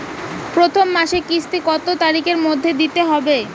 প্রথম মাসের কিস্তি কত তারিখের মধ্যেই দিতে হবে?